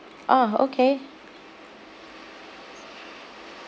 ah okay